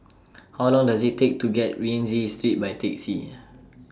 How Long Does IT Take to get Rienzi Street By Taxi